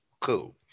Cool